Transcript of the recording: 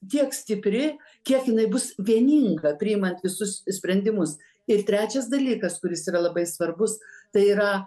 tiek stipri kiek jinai bus vieninga priimant visus sprendimus ir trečias dalykas kuris yra labai svarbus tai yra